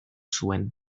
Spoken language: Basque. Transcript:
zuen